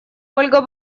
ольга